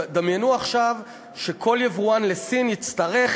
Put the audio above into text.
דמיינו עכשיו שכל יבואן מסין יצטרך